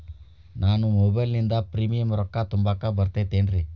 ನಾನು ಮೊಬೈಲಿನಿಂದ್ ಪ್ರೇಮಿಯಂ ರೊಕ್ಕಾ ತುಂಬಾಕ್ ಬರತೈತೇನ್ರೇ?